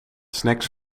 snacks